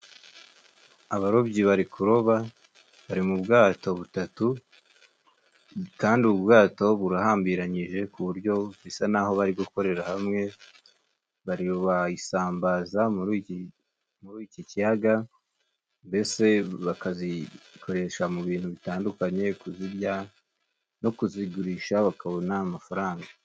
Abarobyi bari kuroba bari mu bwato butatu kandi ubu ubwato burahambiranyije ku buryo bisa nkaho bari gukorera hamwe baroba isambaza muri iki kiyaga mbese bakazikoresha mu bintu bitandukanye kuzirya no kuzigurisha bakabona amafaranga.